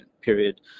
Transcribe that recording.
period